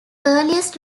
earliest